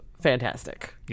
fantastic